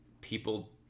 people